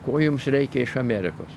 ko jums reikia iš amerikos